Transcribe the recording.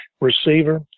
receiver